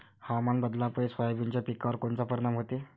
हवामान बदलापायी सोयाबीनच्या पिकावर कोनचा परिणाम होते?